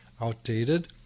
outdated